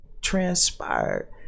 transpired